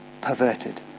perverted